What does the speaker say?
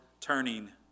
turning